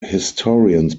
historians